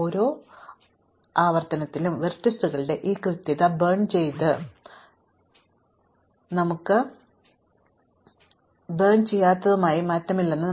ഓരോ ആവർത്തനത്തിലും വെർട്ടീസുകളുടെ ഈ കൃത്യത കത്തിച്ചതും പൊള്ളാത്തതുമായി നമുക്ക് ഉണ്ട് എന്നതാണ് മാറ്റമില്ലാത്തത്